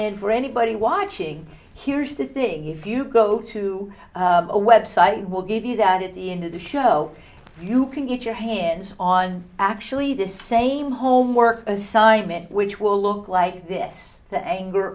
edited for anybody watching here's the thing if you go to a website i will give you that at the end of the show you can get your hands on actually this same homework assignment which will look like this the anger